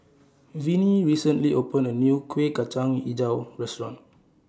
Vinnie recently opened A New Kuih Kacang Hijau Restaurant